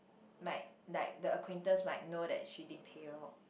might like the acquaintance might know that she didn't pay loh